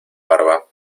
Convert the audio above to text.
barba